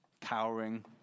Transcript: cowering